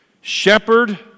shepherd